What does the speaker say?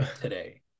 today